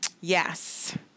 Yes